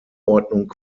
ordnung